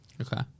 Okay